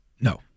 no